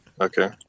Okay